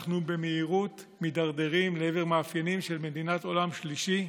אנחנו במהירות מידרדרים לעבר מאפיינים של מדינת עולם שלישי,